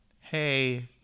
hey